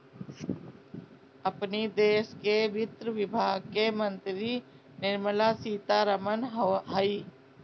अपनी देस के वित्त विभाग के मंत्री निर्मला सीता रमण हई